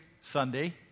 Sunday